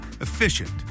efficient